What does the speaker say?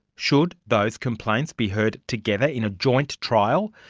should those complaints be heard together in a joint trial?